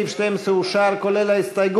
סעיף 12 אושר, כולל ההסתייגות.